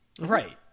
Right